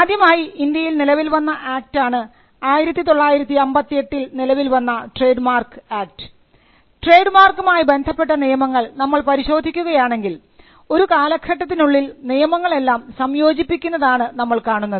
ആദ്യമായി ഇന്ത്യയിൽ നിലവിൽ വന്നആക്ടാണ് 1958 ൽ നിലവിൽവന്ന ട്രേഡ് മാർക്ക് ആക്ട് ട്രേഡ് മാർക്കുമായി ബന്ധപ്പെട്ട നിയമങ്ങൾ നമ്മൾ പരിശോധിക്കുകയാണെങ്കിൽ ഒരു കാലഘട്ടത്തിനുള്ളിൽ നിയമങ്ങളെല്ലാം സംയോജിപ്പിക്കുന്നതാണ് നമ്മൾ കാണുന്നത്